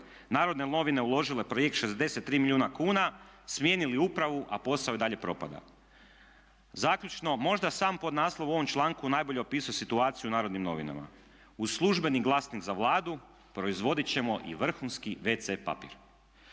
Narodne novine uložile projekt 63 milijuna kuna, smijenili upravu a posao i dalje propada. Zaključno, možda sam podnaslov u ovom članku najbolje opisuje situaciju u Narodnim novinama, uz službeni glasnik za Vladu proizvoditi ćemo i vrhunski wc papir.